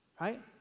Right